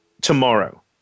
tomorrow